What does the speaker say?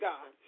God